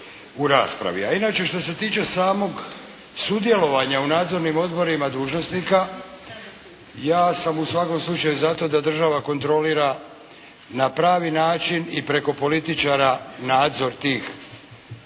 inače što se tiče samog sudjelovanja u nadzornim odborima dužnosnika, ja sam u svakom slučaju za to da država kontrolira na pravi način i preko političara nadzor tih